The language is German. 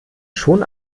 schon